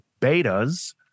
betas